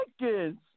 seconds